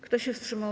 Kto się wstrzymał?